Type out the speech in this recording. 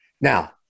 Now